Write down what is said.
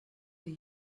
the